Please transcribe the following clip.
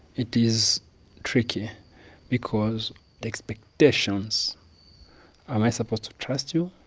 it is tricky because expectations am i supposed to trust you?